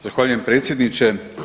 Zahvaljujem predsjedniče.